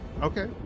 Okay